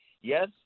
Yes